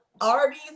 Arby's